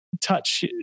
touch